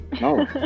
No